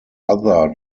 other